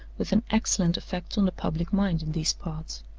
with an excellent effect on the public mind in these parts.